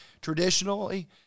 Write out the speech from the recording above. traditionally